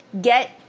get